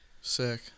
Sick